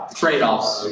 trade-offs.